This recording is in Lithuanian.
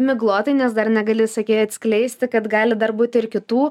miglotai nes dar negali sakei atskleisti kad gali dar būti ir kitų